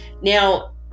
now